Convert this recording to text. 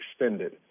extended